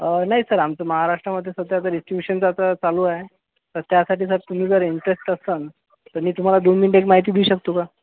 नाही सर आमचं महाराष्ट्रामध्ये सध्या तरी च असं चालू आहे तर त्यासाठी जर तुम्ही जर इंटरेस्ट असाल तर मी तुम्हाला दोन मिनिटं एक माहिती देऊ शकतो का